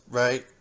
right